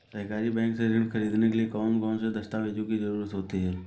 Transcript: सहकारी बैंक से ऋण ख़रीदने के लिए कौन कौन से दस्तावेजों की ज़रुरत होती है?